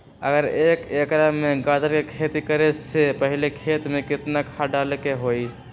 अगर एक एकर में गाजर के खेती करे से पहले खेत में केतना खाद्य डाले के होई?